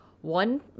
one